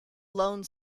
lone